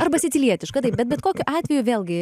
arba sicilietišką taip bet bet kokiu atveju vėlgi